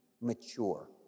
mature